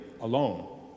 alone